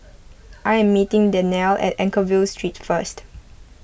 I am meeting Danniel at Anchorvale Street first